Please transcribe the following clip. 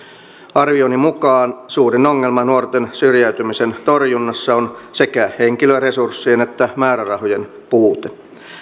arvioni mukaan suurin ongelma nuorten syrjäytymisen torjunnassa on sekä henkilöresurssien että määrärahojen puute